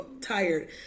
tired